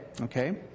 okay